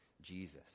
Jesus